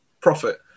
profit